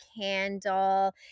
candle